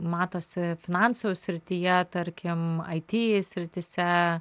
matosi finansų srityje tarkim it srityse